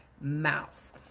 mouth